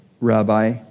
rabbi